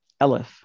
Elif